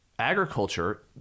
Agriculture